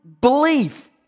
belief